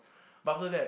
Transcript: but after that